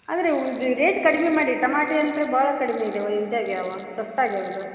ಆದ್ರೆ ರೇಟ್ ಕಡ್ಮೆ ಮಾಡಿ ಟಮಾಟಿ ಅಂತ ಭಾಳ ಕಡ್ಮೆ ಇದೆ ಓ ಇದಾಗ್ಯಾವೆ ಸಸ್ತಾ ಆಗ್ಯಾವೆ ಈಗ